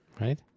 right